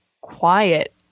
quiet